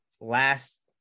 last